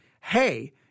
hey